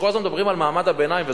וכשכל הזמן מדברים על מעמד הביניים,